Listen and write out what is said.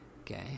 okay